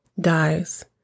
dies